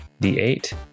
D8